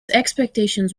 expectations